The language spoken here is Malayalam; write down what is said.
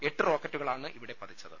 എട്ട് റോക്കറ്റുകളാണ് ഇവിടെ പൃതിച്ചത്